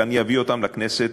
ואני אביא אותן לכנסת,